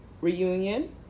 reunion